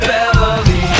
Beverly